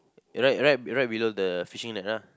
right right right below the fishing net ah